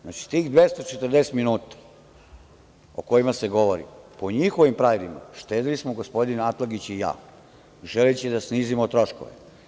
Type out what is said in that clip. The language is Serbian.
Znači, tih 240 minuta, o kojima se govori, po njihovim pravilima, štedeli smo Atlagić i ja, želeći da snizimo troškove.